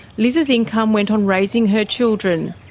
liz's income went on raising her children.